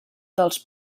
dels